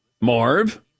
Marv